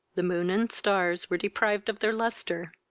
the moon and stars were deprived of their lustre.